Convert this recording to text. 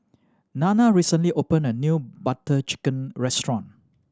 Nanna recently opened a new Butter Chicken restaurant